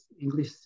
English